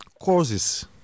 causes